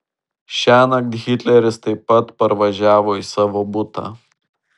šiąnakt hitleris taip pat parvažiavo į savo butą